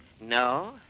no